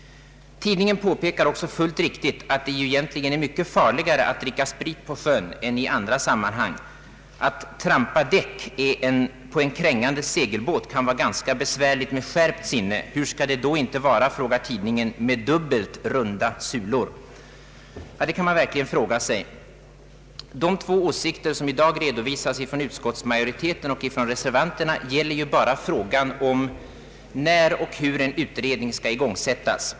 Tidningen påpekar också fullt riktigt att det egentligen är mycket farligare att dricka sprit på sjön än i andra sammanhang. Att trampa däck på en krängande segelbåt kan vara ganska besvärligt med skärpt sinne. Hur skall det då inte vara, frågar tidningen, med dubbelt ”runda sulor”? Ja, det kan man verkligen fråga sig. De två åsikter som i dag redovisas från utskottsmajoriteten och från reservanterna gäller frågan om när och hur en utredning skall igångsättas.